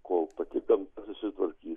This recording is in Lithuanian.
kol pati gamta susitvarkys